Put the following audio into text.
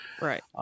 Right